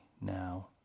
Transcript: now